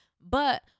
but-